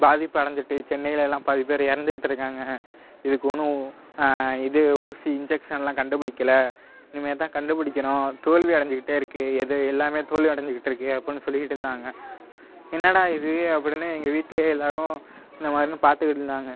பாதிப்பு அடைஞ்சிட்டு சென்னைலலாம் பாதி பேர் இறத்துக்கிட்டு இருக்காங்க இதுக்கு இன்னும் இது ஊசி இன்ஜக்ஷன்லாம் கண்டுபிடிக்கில இனிமே தான் கண்டுபிடிக்கணும் தோல்வி அடைஞ்சிகிட்டே இருக்குது எது எல்லாம் தோல்வி அடைஞ்சிகிட்ருக்கு அப்புடின்னு சொல்லிகிட்டு இருந்தாங்க என்னடா இது அப்டின்னு எங்கள் வீட்டில் எல்லாரும் இந்த மாதிரின்னு பார்த்துகிட்டு இருந்தாங்க